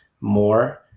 more